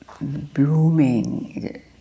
blooming